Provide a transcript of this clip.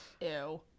Ew